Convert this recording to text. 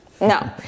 No